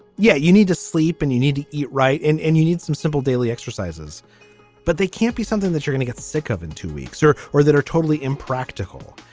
yeah you need to sleep and you need to eat right and and you need some simple daily exercises but they can't be something that you're gonna get sick of in two weeks or or that are totally impractical.